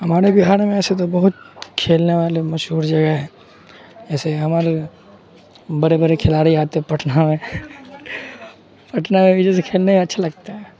ہمارے بہار میں ایسے تو بہت کھیلنے والے مشہور جگہ ہے جیسے ہمار بڑے بڑے کھلاڑی آتے ہیں پٹنہ میں پٹنہ میں بھی جیسے کھیلنے میں اچھا لگتا ہے